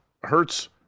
Hurts